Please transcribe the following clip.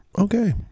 Okay